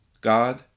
God